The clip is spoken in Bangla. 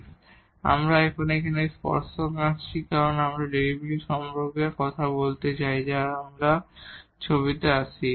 এখন আমরা এখানে একটি টানজেন্ট আঁকছি কারণ আমরা ডেরিভেটিভস সম্পর্কে কথা বলছি যাতে আমরা ছবিতে আসি